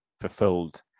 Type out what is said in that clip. fulfilled